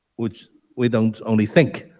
which we don't only think.